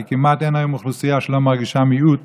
כי כמעט אין היום אוכלוסייה שלא מרגישה מיעוט